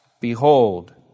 Behold